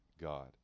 God